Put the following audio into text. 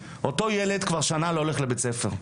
אותו ילד כבר שנה לא הולך לבית ספר,